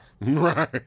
Right